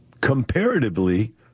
comparatively